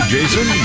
Jason